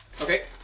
Okay